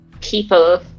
people